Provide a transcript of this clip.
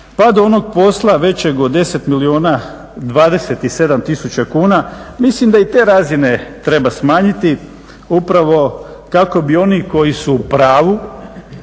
pa do onog posla većeg od 10 milijuna, 27 tisuća kuna mislim da i te razine treba smanjiti upravo kako bi oni koji su u pravu,